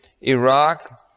Iraq